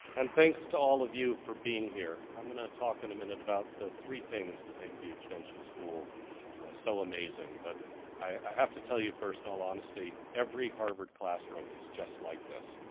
and thanks to all of you for being here. i'm going to talk in a minute about the three things that make the extension school so amazing. but i have to tell you first, in all honesty, every harvard classroom is just like this.